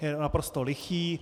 Je naprosto lichý.